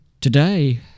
Today